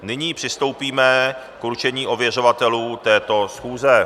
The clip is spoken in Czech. Nyní přistoupíme k určení ověřovatelů této schůze.